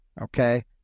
Okay